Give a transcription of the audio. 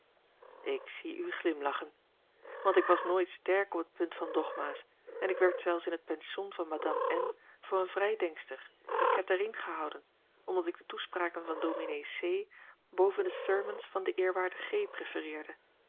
ik zie u glimlachen want ik was nooit sterk op het punt van dogma's en ik werd zelfs in het pension van madame n voor een vrijdenkster eene ketterin gehouden omdat ik de toespraken van ds c boven de sermons van den eerwaarden